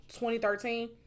2013